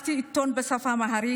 ערכתי עיתון בשפה האמהרית,